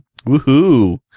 Woohoo